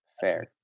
fair